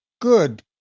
good